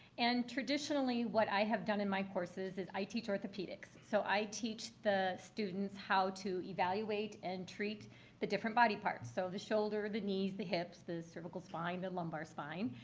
and traditionally, what i have done in my courses is i teach orthopedics. so i teach the students how to evaluate and treat the different body parts, so the shoulder, the knees, the hips, the cervical spine, the lumbar spine.